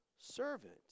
servant